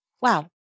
wow